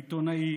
העיתונאי,